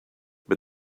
but